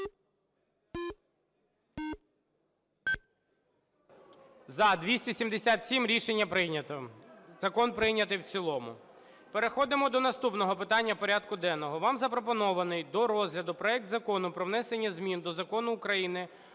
За-277 Рішення прийнято. Закон прийнятий в цілому. Переходимо до наступного питання порядку денного. Вам запропонований до розгляду проект Закону про внесення змін до Закону України